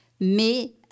mais